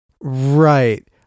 right